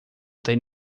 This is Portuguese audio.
tem